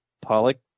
Pollock